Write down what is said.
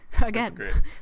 Again